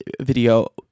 video